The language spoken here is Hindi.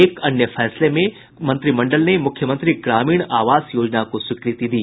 एक अन्य फैसले में मंत्रिमंडल ने मुख्यमंत्री ग्रामीण आवास योजना को स्वीकृति दी